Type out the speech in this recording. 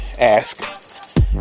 ask